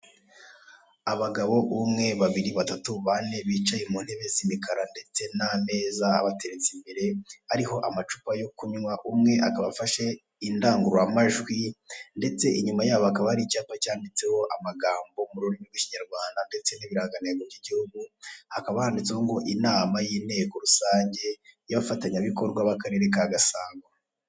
abagabo umwe babiri batatu bane bicaye mu ntebe z'imikara ndetse na meza abateretse imbere ariho amacupa yo kunywa umwe akaba afashe indangururamajwi ndetse inyuma yabo hakaba hari icyapa cyanditseho amagambo mu rurimi rw'ikinyarwana ndetse n'ibirangantego by'igihugu hakaba handitse ho inama y'inteko rusange yabafatanyabikorwa b'akarere Gasabo.